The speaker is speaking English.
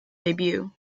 debut